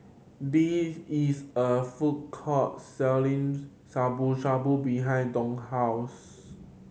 the is a food court selling Shabu Shabu behind Dow's house